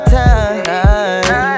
time